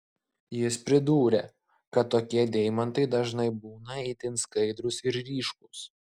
jis pridūrė kad tokie deimantai dažnai būna itin skaidrūs ir ryškūs